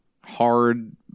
hard